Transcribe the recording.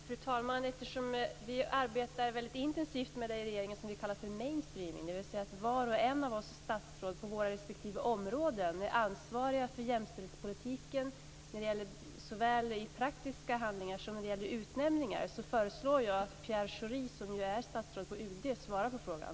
Fru talman! Eftersom vi i regeringen arbetar väldigt intensivt med det som vi kallar för mainstreaming, dvs. att vart och ett av oss statsråd på våra respektive områden är ansvariga för jämställdhetspolitiken när det gäller såväl praktiska handlingar som utnämningar föreslår jag att Pierre Schori, som ju är statsråd på UD, svarar på frågan.